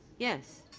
yes.